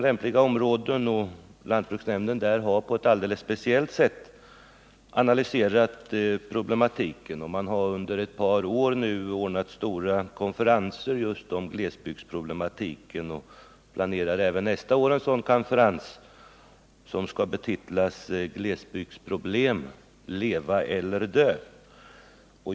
Lantbruksnämnden har där på ett alldeles speciellt sätt analyserat proble matiken. Man har valt ut lämpliga områden, man har under ett par år anordnat stora konferenser just om glesbygdsproblematiken och man planerar att hålla en sådan konferens även under nästa år, vilken skall betitlas ”Glesbygdsproblem — leva eller dö”.